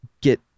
get